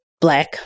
Black